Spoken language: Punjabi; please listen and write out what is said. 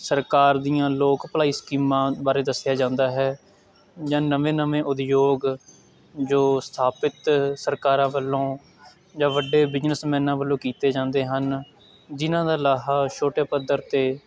ਸਰਕਾਰ ਦੀਆਂ ਲੋਕ ਭਲਾਈ ਸਕੀਮਾਂ ਬਾਰੇ ਦੱਸਿਆ ਜਾਂਦਾ ਹੈ ਜਾਂ ਨਵੇ ਨਵੇਂ ਉਦਯੋਗ ਜੋ ਸਥਾਪਿਤ ਸਰਕਾਰਾਂ ਵੱਲੋਂ ਜਾਂ ਵੱਡੇ ਬਿਜ਼ਨਸਮੈਨਾਂ ਵੱਲੋਂ ਕੀਤੇ ਜਾਂਦੇ ਹਨ ਜਿਹਨਾਂ ਦਾ ਲਾਹਾ ਛੋਟੇ ਪੱਧਰ 'ਤੇ